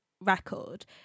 record